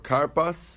Karpas